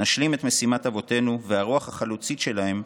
נשלים את משימת אבותינו, והרוח החלוצית שלהם,